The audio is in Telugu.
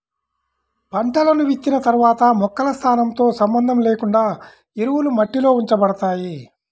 పంటలను విత్తిన తర్వాత మొక్కల స్థానంతో సంబంధం లేకుండా ఎరువులు మట్టిలో ఉంచబడతాయి